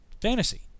fantasy